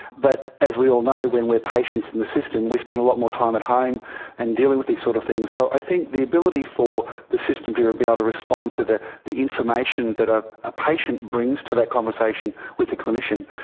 but as we all know when we are patients in the system we spend a lot more time at home and dealing with these sort of things. so i think the ability for the system to be able ah to respond to the the information that ah a patient brings to that conversation with a clinician.